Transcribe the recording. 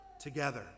together